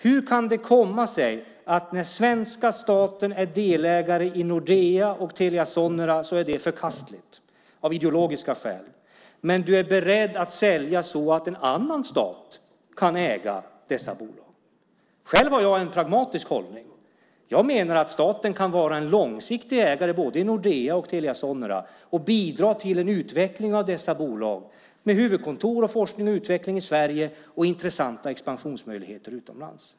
Hur kan det komma sig att det när svenska staten är delägare i Nordea och Telia Sonera är förkastligt av ideologiska skäl, men du är beredd att sälja så att en annan stat kan äga dessa bolag? Själv har jag en pragmatisk hållning. Jag menar att staten kan vara en långsiktig ägare både i Nordea och i Telia Sonera och bidra till en utveckling av dessa bolag, med huvudkontor och forskning och utveckling i Sverige och intressanta expansionsmöjligheter utomlands.